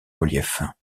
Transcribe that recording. reliefs